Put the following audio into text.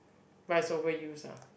but is over use ah